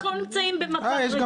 אנחנו לא נמצאים במצב רגיל --- יש גם